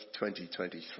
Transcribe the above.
2023